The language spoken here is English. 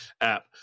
app